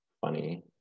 funny